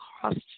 cost